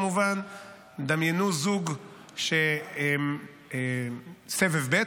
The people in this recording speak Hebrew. דמיינו זוג שהם סבב ב',